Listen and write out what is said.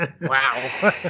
Wow